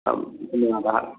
आम् धन्यवादः